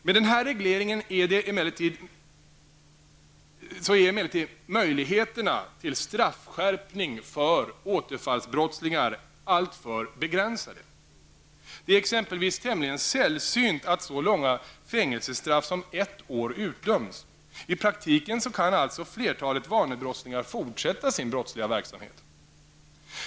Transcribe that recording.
Med den här regleringen är emellertid möjligheterna till straffskärpning för återfallsbrottslingar alltför begränsade. Det är exempelvis tämligen sällsynt att så långa fängelsestraff som ett år utdöms. I praktiken kan flertalet vanebrottslingar fortsätta sin verksamhet.